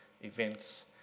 events